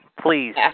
Please